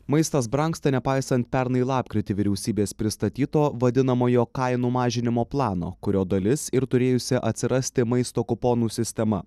maistas brangsta nepaisant pernai lapkritį vyriausybės pristatyto vadinamojo kainų mažinimo plano kurio dalis ir turėjusi atsirasti maisto kuponų sistema